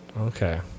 Okay